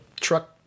truck